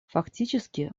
фактически